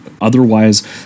otherwise